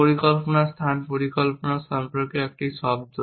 পরিকল্পনা স্থান পরিকল্পনা সম্পর্কে একটি শব্দ